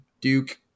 Duke